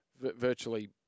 virtually